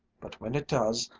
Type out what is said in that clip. but when it does,